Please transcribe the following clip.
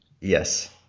Yes